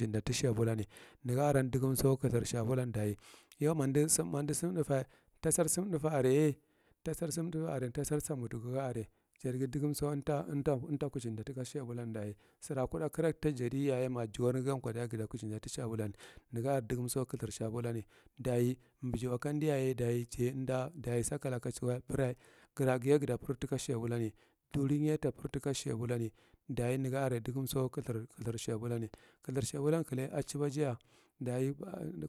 Sidhinda ti shabulami negaren otugum sothuhi shabul, daye yau ma undu sum thusorthfa tasar sum thufer are tasar sumthirfare tasar samogu are jarghi dugan so umda kuchingda tishabinlan sir kukuram ta ja diya ma ja ja jagan ko diya guta kuchinda tisubuluwan lega are dugun sa kuthungth shabulan daye bejiukomohiyaye daye sakalaka chuwo pra guraguye gata pra tika shabulani dunye ta pra tishabulani daye negare dugan so kuthur shabulani kuthui shabulan kula achibaji dagu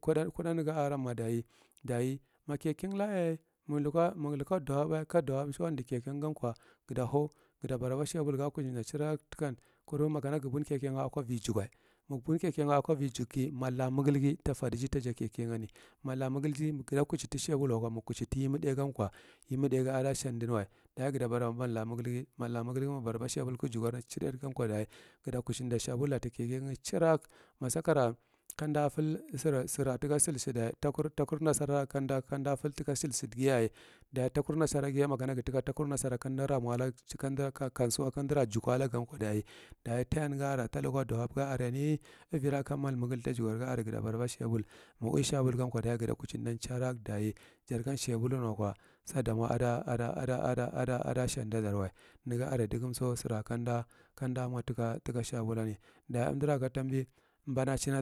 koda neghi aran ma daye ma keke ja laka yaye daye kaga luko duwubba ka duhub siundi keke gan ko ga ta barab shabul ga kuchina da keke angan kur makana gu bun keke ngha ako ivi jufa, ma bun ke kega ako ivi julkguh malla midgleghi ta perdiji ta keke gani, malla milgre ghi guta kuchi tishabul wako ma muchi ti yemi thāgth ko yemi thāgth ada shan dibwa daye gata baraba mall migle ghi malla migleghi ma gu baraba shabul ko gu jugarni cirit gam ko daye gato kuchin da shabulla ta keke ga chirak, ma sakara kanda fel sira tished sida takur nasara kam da fel tika bhel siddighiyaye, daye ta kur nsara ghiye ma ka gu tika takar nasara kam umdu lamo dagu kam suwa kan umdu lagu da ghiyaye kusiwa ka juk adagu gan daye, daye tagan ga arafa luko duhub garanni ivi ra ka mal mifle ta gugor ga are jata baraba shabul ma ga uwiye shabul jan ko daye guta kuchindan chirak daye jar gan shabulan wako sadamo ada ada ada shano da dar wa, nega are dugum si sir kam da mo tika shabulani daye umdira ka tambi bana chin.